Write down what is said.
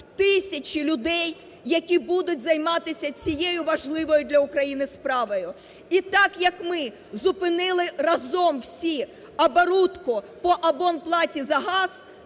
в тисячі людей, які будуть займатися цією важливою для України справою. І так як ми зупинили разом всі оборутку по абонплаті за газ,